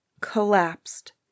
collapsed